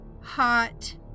hot